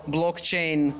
Blockchain